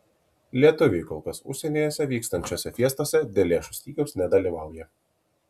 lietuviai kol kas užsienyje vykstančiose fiestose dėl lėšų stygiaus nedalyvauja